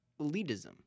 elitism